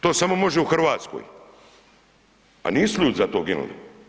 To samo može u Hrvatskoj, a nisu ljudi za to ginuli.